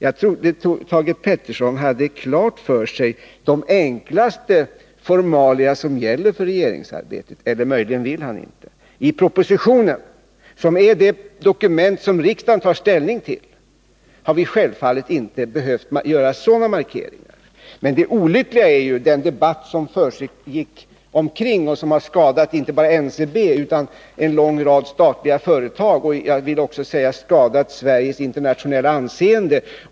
— Jag trodde Thage Peterson hade de enklaste formalia i regeringsarbetet klara för sig. I propositionen, som är det dokument som riksdagen tar ställning till, har vi självfallet inte behövt göra sådana markeringar. Men den debatt som försiggick omkring den var olycklig och har skadat inte bara NCB utan också en rad statliga företag och även Sveriges internationella anseende.